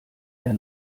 der